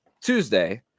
Tuesday